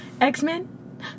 X-Men